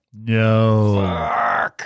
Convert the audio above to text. No